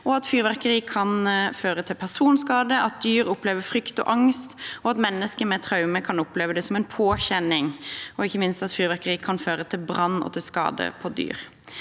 fyrverkeri kan føre til personskade, at dyr opplever frykt og angst, at mennesker med traumer kan oppleve det som en påkjenning, og ikke minst at fyrverkeri kan føre til brann og til skade for dyr.